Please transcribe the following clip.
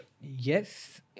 Yes